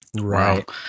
right